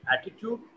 attitude